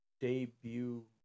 debut